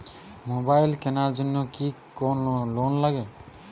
Mobile কেনার জন্য কি কোন লোন আছে?